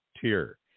tier